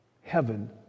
Heaven